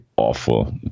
awful